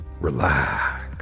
relax